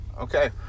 Okay